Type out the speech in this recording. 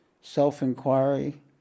self-inquiry